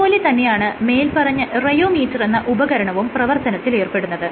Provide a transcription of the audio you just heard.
അതുപോലെ തന്നെയാണ് മേല്പറഞ്ഞ റെയോമീറ്ററെന്ന ഉപകരണവും പ്രവർത്തനത്തിൽ ഏർപ്പെടുന്നത്